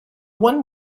one